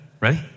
Ready